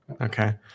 Okay